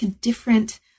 different